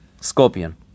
Scorpion